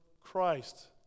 Christ